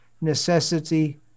necessity